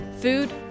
Food